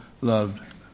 loved